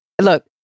look